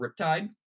Riptide